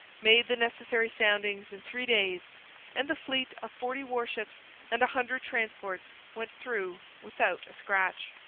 made the necessary soundings in three days and the fleet of forty warships and a hundred transports went through without a scratch.